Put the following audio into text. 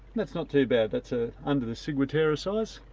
that's not too bad. that's ah under the ciguatera size.